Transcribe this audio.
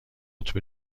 قطب